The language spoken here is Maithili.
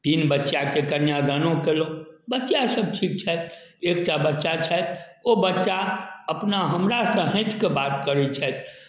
तीन बच्चाके कन्यादानो कएलहुँ बच्चासभ ठीक छथि एकटा बच्चा छथि ओ बच्चा अपना हमरासँ हटिकऽ बात करै छथि